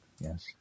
Yes